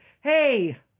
hey